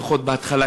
לפחות בהתחלה,